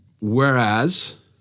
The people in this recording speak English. Whereas